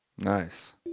Nice